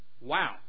Wow